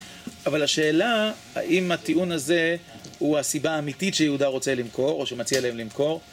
אבל השאלה, האם הטיעון הזה הוא הסיבה האמיתית שיהודה רוצה למכור או שמציע להם למכור?